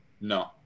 No